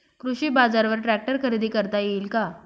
कृषी बाजारवर ट्रॅक्टर खरेदी करता येईल का?